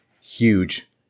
huge